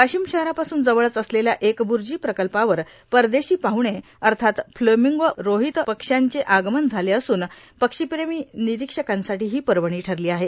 वाशिम शहरापासून जवळच असलेल्या एकबूर्जी प्रकल्पावर परदेशी पाहणे अर्थात फ्लेमिंगो उर्फ रोहित पक्ष्यांचे आगमन झाल असून पक्षीप्रेमी निरीक्षकांसाठी हि पर्वणी ठरली आहे